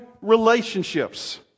relationships